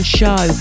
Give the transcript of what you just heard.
show